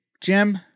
Jim